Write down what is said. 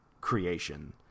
creation